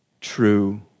true